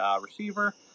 receiver